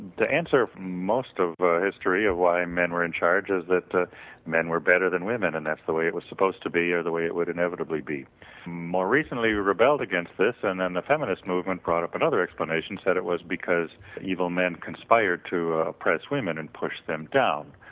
the answer, most of history of why men were in-charge is that men were better than women, and that's the way it was supposed to be or the way it would inevitably be more recently we rebelled against this and um a feminist movement brought up another explanation, said it was because evil men conspired to press women and push them down.